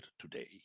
today